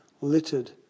littered